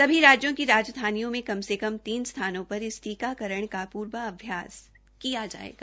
सभी राज्यों की राजधानियों में कम से कम तीन स्थानों पर इस टीकाकरण का पूर्वाभ्यास किया जायेगा